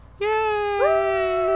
Yay